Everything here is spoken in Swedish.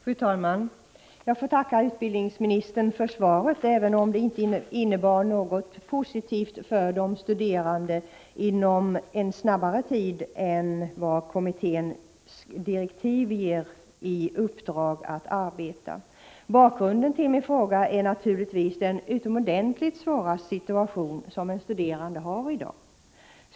Fru talman! Jag tackar utbildningsministern för svaret, även om detta inte innebär någon förbättring för de studerande inom en kortare tidsrymd än direktiven till kommittén redan medger. Bakgrunden till min fråga är naturligtvis den utomordentligt svåra situation en studerande har i dag.